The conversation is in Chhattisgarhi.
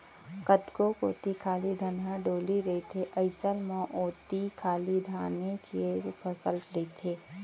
कतको कोती खाली धनहा डोली रथे अइसन म ओती खाली धाने के फसल लेथें